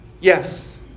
yes